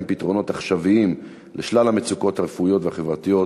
פתרונות עכשוויים לשלל המצוקות הרפואיות והחברתיות